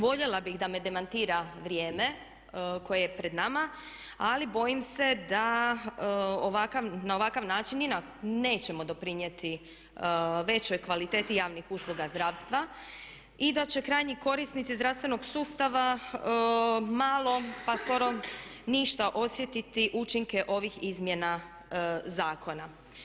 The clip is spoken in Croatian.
Voljela bih da me demantira vrijeme koje je pred nama ali bojim se da ovakav, na ovakav način nećemo doprinijeti većoj kvaliteti javnih usluga zdravstva i da će krajnji korisnici zdravstvenog sustava malo, pa skoro ništa osjetiti učinke ovih izmjena zakona.